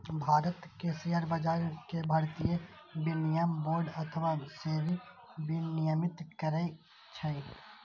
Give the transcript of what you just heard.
भारत मे शेयर बाजार कें भारतीय विनिमय बोर्ड अथवा सेबी विनियमित करै छै